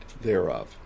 thereof